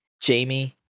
jamie